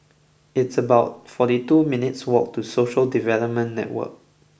it's about forty two minutes' walk to Social Development Network